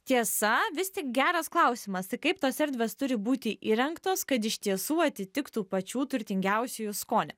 tiesa vis tik geras klausimas tai kaip tos erdvės turi būti įrengtos kad iš tiesų atitiktų pačių turtingiausiųjų skonį